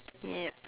yup